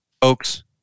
Folks